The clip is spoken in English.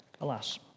alas